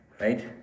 Right